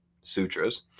sutras